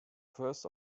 first